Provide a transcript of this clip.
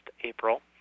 April